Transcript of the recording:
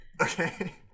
Okay